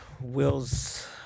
will's